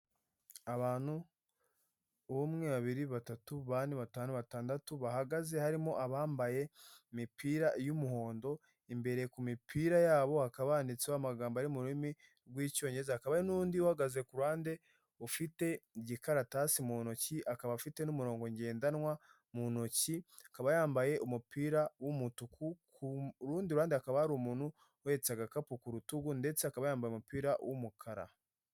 Abantu umwe, babiri, batatu, bane, batanu ,batandatu bahagaze harimo abambaye imipira y'umuhondo imbere ku mipira yabo hakaba handitseho amagambo ari mu rurimi rw'icyongereza ,hakaba n'undi uhagaze ku ruhande ufite igikaratasi mu ntoki akaba afite n'umurongo ngendanwa mu ntoki ,akaba yambaye umupira w'umutuku, ku rundi ruhande akaba hari umuntu uhetse agakapu ku rutugu ndetse akaba yambaye umupira w'umukara.